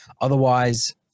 Otherwise